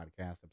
podcast